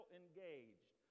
engaged